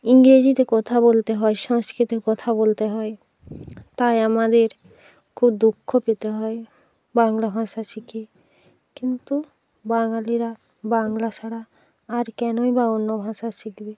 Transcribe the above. ইংরেজিতে কথা বলতে হয় সংস্কৃতে কথা বলতে হয় তাই আমাদের খুব দুঃখ পেতে হয় বাংলা ভাষা শিখে কিন্তু বাঙালিরা বাংলা ছাড়া আর কেনই বা অন্য ভাষা শিখবে